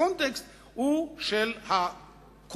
הקונטקסט הוא של הקונפליקט,